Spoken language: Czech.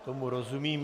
Tomu rozumím.